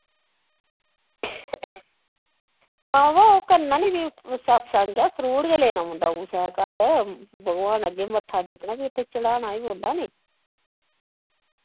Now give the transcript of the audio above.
हां वा ओ करना नी फ्ही सतसंग ऐ फ्रूट गै लेने पौंदा कुसे दे घर भगवान अग्गे मत्था टेकना फ्ही उत्थै चढ़ाने वी पौंदा नी